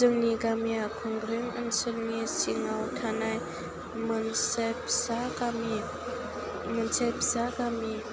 जोंनि गामिया खुंग्रिं ओनसोलनि सिङाव थानाय मोनसे फिसा गामि मोनसे फिसा गामि